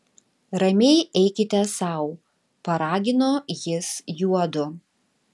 ramiai eikite sau paragino jis juodu